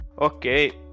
okay